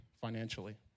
financially